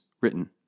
written